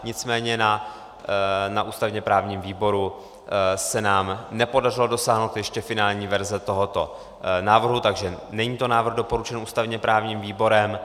Nicméně na ústavněprávním výboru se nám nepodařilo dosáhnout ještě finální verze tohoto návrhu, takže to není návrh doporučený ústavněprávním výborem.